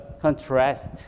contrast